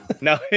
No